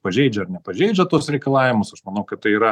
pažeidžia ar nepažeidžia tuos reikalavimus aš manau kad tai yra